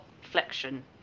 flexion